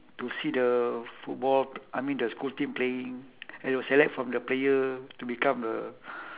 to see the football I mean the school team playing and they will select from player to become the